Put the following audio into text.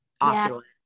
opulence